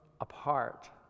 apart